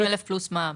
20 אלף פלוס מע"מ.